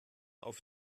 auf